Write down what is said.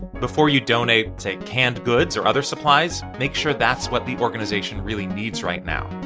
before you donate, say, canned goods or other supplies, make sure that's what the organization really needs right now